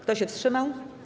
Kto się wstrzymał?